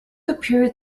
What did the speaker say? appeared